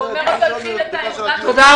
הם צריכים את העזרה שלך,